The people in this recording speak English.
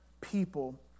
people